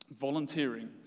Volunteering